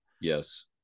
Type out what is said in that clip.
Yes